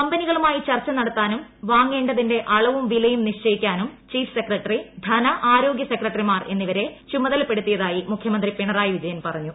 കമ്പനികളുമായി ച്ചർച്ച നടത്താനും വാങ്ങേണ്ടതിന്റെ അളവും വിലയും നിശ്ചയിക്കാർനും ചീഫ് സെക്രട്ടറി ധന ആരോഗൃ സെക്രട്ടറിമാർ എന്നിവ്ക്ക് ചുമതലപ്പെടുത്തിയതായി മുഖൃമന്ത്രി പിണറായി വിജയൻ പറഞ്ഞു